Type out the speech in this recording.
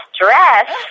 dress